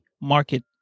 market